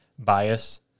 bias